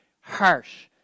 harsh